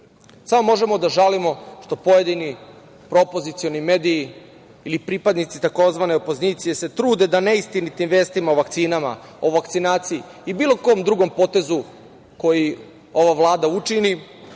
Samo možemo da žalimo što pojedini propozicioni mediji ili pripadnici tzv. opozicije se trude da neistinite vestima o vakcinama, o vakcinaciji i bilo kom drugom potezu koji ova Vlada učini